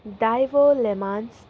Daewoo LeMans